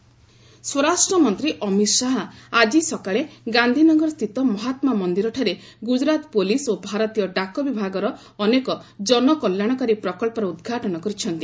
Amit Shah portal ସ୍ୱରାଷ୍ଟ୍ର ମନ୍ତ୍ରୀ ଅମିତ୍ ଶାହା ଆଜି ସକାଳେ ଗାନ୍ଧିନଗରସ୍ଥିତ ମହାତ୍ମା ମନ୍ଦିରଠାରେ ଗୁକୁରାତ୍ ପୁଲିସ୍ ଓ ଭାରତୀୟ ଡାକ ବିଭାଗର ଅନେକ ଜନକଲ୍ୟାଣକାରୀ ପ୍ରକଳ୍ପର ଉଦ୍ଘାଟନ କରିଛନ୍ତି